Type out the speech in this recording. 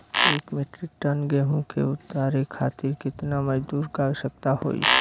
एक metric ton गेहूँ के उतारे खातीर कितना मजदूर क आवश्यकता होई?